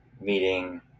meeting